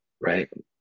right